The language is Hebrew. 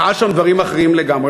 ראה שם דברים אחרים לגמרי.